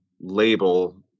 label